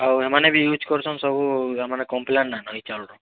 ଆଉ ଇମାନେ ବି ୟୁଜ୍ କର୍ସନ୍ ସବୁ ଆଉ ମାନେ କମ୍ପ୍ଲେନ୍ ନାଇ ନ ଇ ଚାଉଲ୍ ର